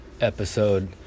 episode